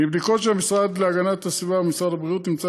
בבדיקות של המשרד להגנת הסביבה ומשרד הבריאות נמצא